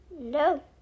No